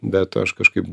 bet aš kažkaip